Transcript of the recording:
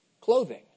clothing